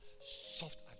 soft